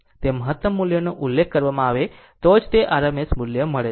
તે મહત્તમ મૂલ્યનો ઉલ્લેખ કરવામાં આવે તો જ તે RMS મૂલ્ય મળે છે